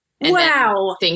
Wow